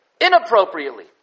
inappropriately